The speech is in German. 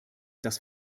das